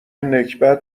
نکبت